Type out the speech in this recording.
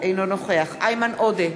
אינו נוכח איימן עודה,